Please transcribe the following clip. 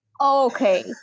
Okay